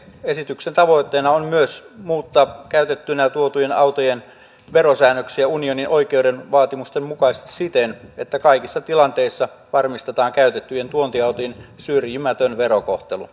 esityksen tavoitteena on myös muuttaa käytettyinä tuotujen autojen verosäännöksiä unionin oikeuden vaatimusten mukaisesti siten että kaikissa tilanteissa varmistetaan käytettyjen tuontiautojen syrjimätön verokohtelu